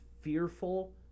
fearful